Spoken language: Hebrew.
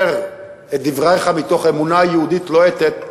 את דבריך מתוך אמונה יהודית לוהטת,